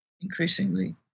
increasingly